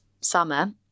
summer